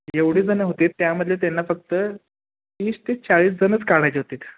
एवढी जणं होते त्यामधले त्यांना फक्त तीस ते चाळीस जणंच काढायचे होते